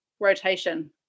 rotation